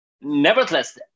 Nevertheless